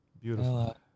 beautiful